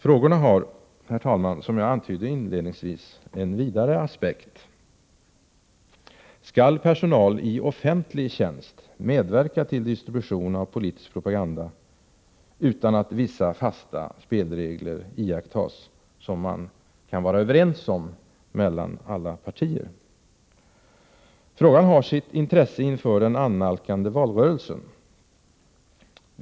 Frågorna har, som jag antydde inledningsvis, en vidare aspekt. Skall personal i offentlig tjänst medverka till distribution av politisk propaganda utan att vissa fasta spelregler som alla partier kan vara överens om iakttas? Frågan har sitt intresse inför den annalkande valrörelsen.